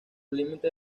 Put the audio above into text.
límites